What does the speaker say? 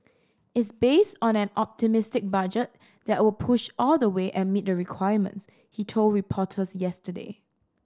is based on an optimistic budget that will push all the way and meet the requirements he told reporters yesterday